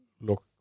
look